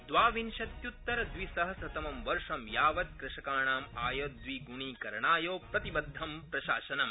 द्वाविंश्त्युत्तरद्विसहस्रतमं वर्ष यावत् कृषकाणामायद्विगुणीकरणाय प्रतिबद्धं प्रशासनम्